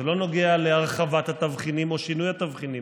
זה לא נוגע להרחבת התבחינים או שינוי התבחינים,